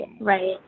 right